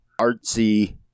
artsy